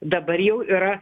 dabar jau yra